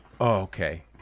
okay